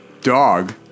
Dog